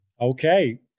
Okay